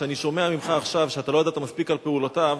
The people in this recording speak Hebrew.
שאני שומע ממך עכשיו שאתה לא ידעת מספיק על פעולותיו,